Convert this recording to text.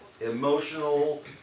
Emotional